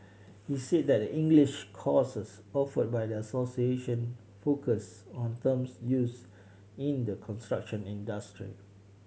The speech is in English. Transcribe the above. he said that the English courses offered by the association focus on terms used in the construction industry